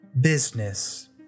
business